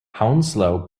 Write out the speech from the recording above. hounslow